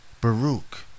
Baruch